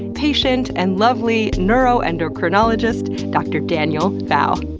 patient, and lovely neuroendocrinologist dr. daniel pfau.